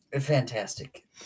Fantastic